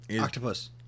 Octopus